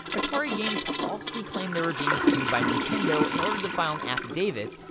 atari games falsely claimed they were being sued by nintendo in order to file an affidavit,